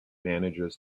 manages